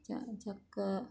ചക്ക